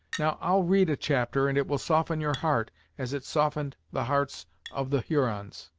now, i'll read a chapter and it will soften your heart as it softened the hearts of the hurons.